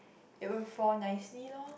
it will fall nicely loh